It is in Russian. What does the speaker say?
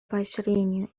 поощрению